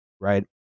right